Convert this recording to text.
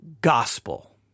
gospel